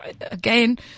again